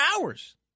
hours